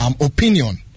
opinion